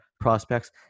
prospects